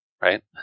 right